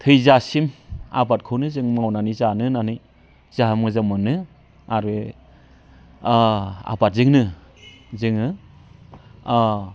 थैजासिम आबादखौनो जों मावनानै जानो होननानै जाहा मोजां मोनो आरो आबादजोंनो जोङो